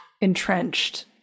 Entrenched